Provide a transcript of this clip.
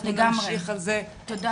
אנחנו נמשיך על זה בהמשך.